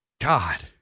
God